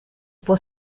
può